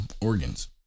organs